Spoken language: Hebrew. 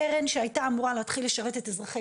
קרן שהייתה אמורה להתחיל לשרת את אזרחי